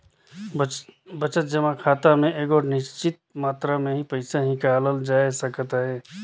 बचत जमा खाता में एगोट निच्चित मातरा में ही पइसा हिंकालल जाए सकत अहे